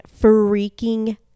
freaking